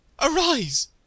arise